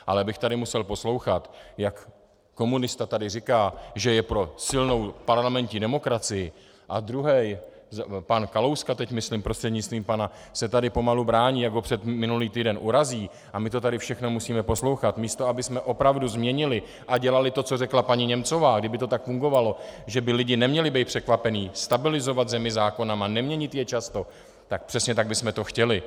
Ale abych tady musel poslouchat, jak komunista tady říká, že je pro silnou parlamentní demokracii a druhý pana Kalouska teď myslím prostřednictvím pana se tady pomalu brání, jak ho předminulý týden urazí, a my to tady všichni musíme poslouchat, místo abychom opravdu změnili a dělali to, co řekla paní Němcová, kdyby to tak fungovalo, že by lidé neměli být překvapení, stabilizovat zemi zákony, neměnit je často, tak přesně tak bychom to chtěli.